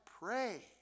Pray